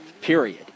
period